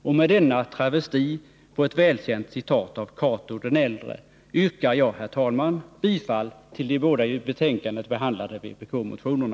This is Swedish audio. Och med denna travesti på ett välkänt citat av Cato den äldre yrkar jag, herr talman, bifall till de båda i betänkandet behandlade vpk-motionerna.